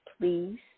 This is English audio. please